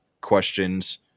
questions